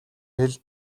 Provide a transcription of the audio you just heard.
хэл